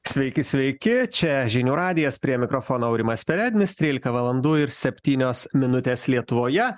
sveiki sveiki čia žinių radijas prie mikrofono aurimas perednis trylika valandų ir septynios minutės lietuvoje